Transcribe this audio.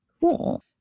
Cool